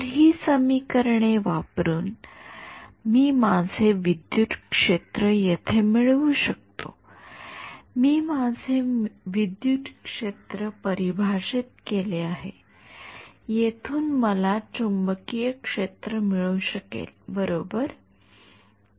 तर ही समीकरणे वापरुन मी माझे विद्युत क्षेत्र येथे मिळवू शकतो मी माझे विद्युत क्षेत्र परिभाषित केले आहे येथून मला चुंबकीय क्षेत्र मिळू शकेल बरोबर